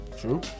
True